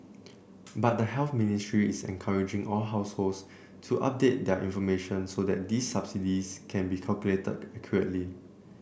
but the Health Ministry is encouraging all households to update their information so that these subsidies can be calculated accurately